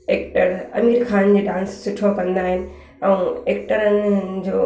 actor Aamir Khan dance सुठो कंदा आहिनि ऐं एक्टरनि जो